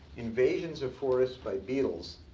invasions of forests by beetles,